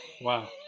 Wow